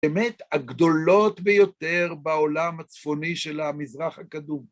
באמת הגדולות ביותר בעולם הצפוני של המזרח הקדום.